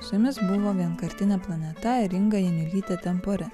su jumis buvo vienkartinė planeta ir inga janiulytė tempore